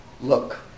look